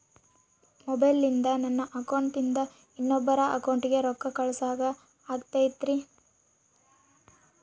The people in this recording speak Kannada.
ಮೊಬೈಲಿಂದ ನನ್ನ ಅಕೌಂಟಿಂದ ಇನ್ನೊಬ್ಬರ ಅಕೌಂಟಿಗೆ ರೊಕ್ಕ ಕಳಸಾಕ ಆಗ್ತೈತ್ರಿ?